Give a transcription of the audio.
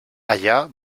allà